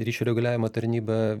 ryšio reguliavimo tarnyba